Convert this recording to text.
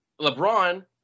LeBron